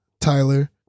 Tyler